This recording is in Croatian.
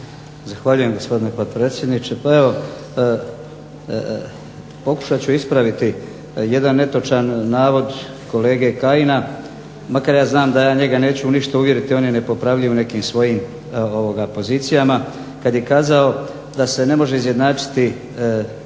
Zahvaljujem gospodine potpredsjedniče. Pa evo, pokušat ću ispraviti jedan netočan navod kolege Kajina, makar ja znam da ja njega neću u ništa uvjeriti, on je nepopravljiv u nekim svojim pozicijama, kad je kazao da se ne može izjednačiti bivšu